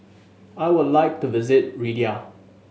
I would like to visit Riyadh